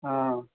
ಹಾಂ